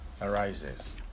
arises